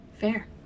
Fair